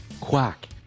quack